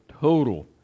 total